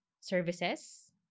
services